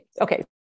Okay